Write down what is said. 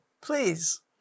please